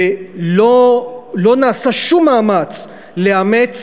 ולא נעשה שום מאמץ לאמץ